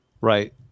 right